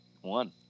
one